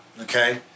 Okay